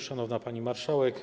Szanowna Pani Marszałek!